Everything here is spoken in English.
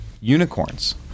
unicorns